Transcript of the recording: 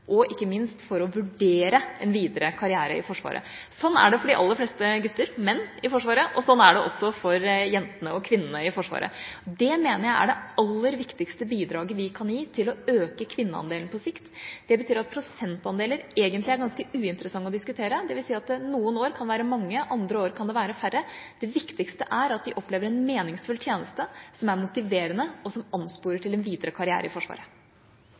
og ikke minst for å vurdere en videre karriere i Forsvaret. Sånn er det for de aller fleste gutter og menn i Forsvaret, og sånn er det også for jentene og kvinnene i Forsvaret. Det mener jeg er det aller viktigste bidraget vi kan gi til å øke kvinneandelen på sikt. Det betyr at prosentandeler egentlig er ganske uinteressante å diskutere. Det vil si at det noen år kan være mange, andre år kan det være færre. Det viktigste er at de opplever en meningsfull tjeneste som er motiverende, og som ansporer til en videre karriere i Forsvaret.